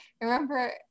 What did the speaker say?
remember